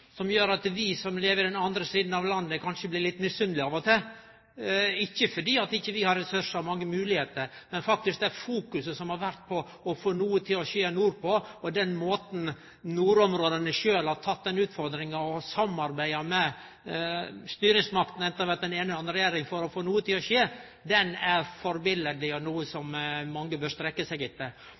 som gjer at vi som lever på den andre sida av landet, kanskje blir litt misunnelege av og til – ikkje fordi vi ikkje har ressursar og mange moglegheiter, men faktisk på grunn av det fokuset som har vore på å få noko til å skje nordpå, og av den måten nordområda sjølve har teke den utfordringa og samarbeida med styresmaktene – anten det har vore den eine eller andre regjeringa – for å få noko til å skje. Det er eit førebilete som mange bør strekkje seg etter.